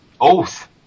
Oath